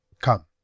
come